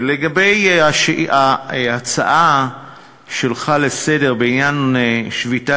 לגבי ההצעה שלך לסדר-היום בעניין שביתת